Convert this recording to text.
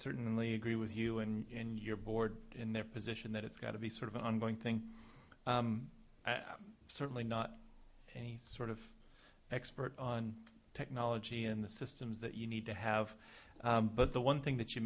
certainly agree with you and your board in their position that it's got to be sort of an ongoing thing i'm certainly not any sort of expert on technology and the systems that you need to have but the one thing that you